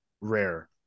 rare